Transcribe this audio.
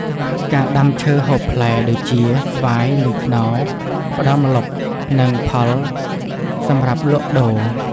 ការដាំឈើហូបផ្លែដូចជា ស្វាយ និងខ្នុរ ផ្តល់ម្លប់ និងផលសម្រាប់លក់ដូរ។